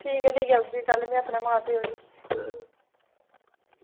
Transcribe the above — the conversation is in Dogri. ठीक ऐ भी में लेई औगी अपने मां प्योऽ